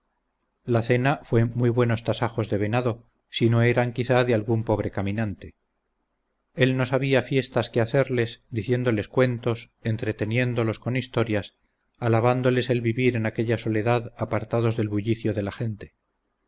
la cena fue muy buenos tasajos de venado si no eran quizá de algún pobre caminante él no sabía fiestas que hacerles diciéndoles cuentos entreteniéndolos con historias alabándoles el vivir en aquella soledad apartados del bullicio de la gente